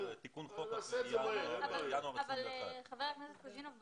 אבל חבר הכנסת קוז'ינוב,